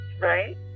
right